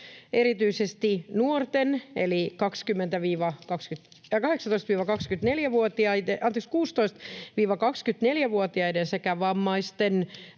erityisesti nuorten eli 16—24-vuotiaiden sekä vammaisten